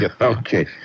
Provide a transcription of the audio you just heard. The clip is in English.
Okay